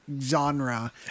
genre